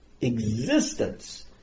existence